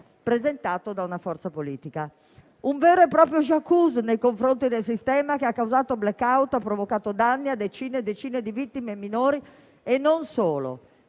presentato da una forza politica. Un vero e proprio *j'accuse* nei confronti del sistema che ha causato *blackout* e ha provocato danni a decine e decine di vittime minori, e non solo.